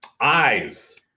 Eyes